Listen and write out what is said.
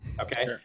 Okay